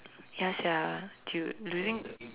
ya sia dude do you think